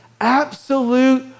Absolute